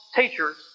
teachers